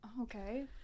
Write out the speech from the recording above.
okay